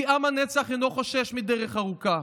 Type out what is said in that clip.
כי עם הנצח אינו חושש מדרך ארוכה.